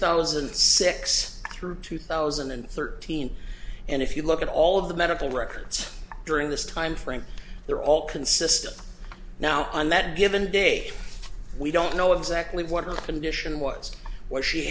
thousand and six through two thousand and thirteen and if you look at all of the medical records during this time frame they're all consistent now on that given day we don't know exactly what her condition was w